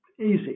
Easy